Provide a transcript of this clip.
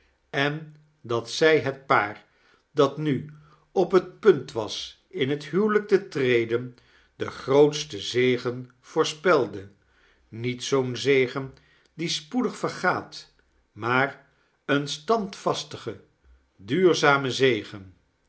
en dat zij het paar dat nu op het punt was in het huwelijk te treden den grootsten zegen voorspelde niet zoo'n zegen die spoedig vergaat maar een standvastigen duurzamen zegen